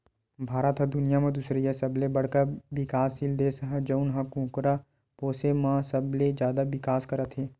भारत ह दुनिया म दुसरइया सबले बड़का बिकाससील देस हे जउन ह कुकरा पोसे म सबले जादा बिकास करत हे